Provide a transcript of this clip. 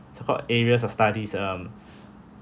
so-called areas of studies um